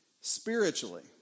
Spiritually